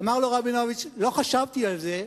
אמר לו רבינוביץ: לא חשבתי על זה,